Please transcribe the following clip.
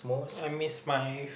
I miss my